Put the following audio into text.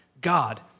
God